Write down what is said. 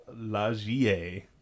Lagier